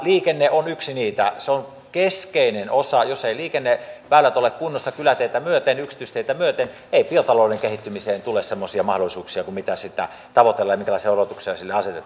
liikenne on yksi niitä se on keskeinen osa jos eivät liikenneväylät ole kunnossa kyläteitä myöten yksityisteitä myöten ei biotalouden kehittymiseen tule semmoisia mahdollisuuksia kuin mitä tavoitellaan ja minkälaisia odotuksia sille asetetaan